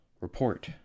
report